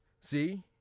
See